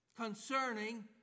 concerning